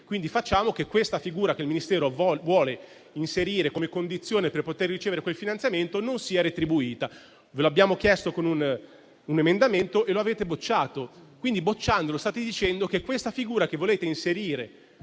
quindi facciamo che questa figura che il Ministero vuole inserire come condizione per poter ricevere quel finanziamento non sia retribuita. Ve lo abbiamo chiesto con un emendamento e lo avete bocciato; bocciandolo state dicendo che questa figura che volete inserire